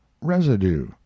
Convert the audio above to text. residue